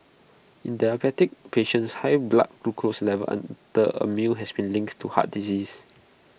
in diabetic patients high blood glucose levels under A meal has been linked to heart disease